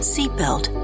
Seatbelt